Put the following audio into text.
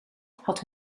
had